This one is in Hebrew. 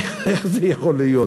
איך זה יכול להיות?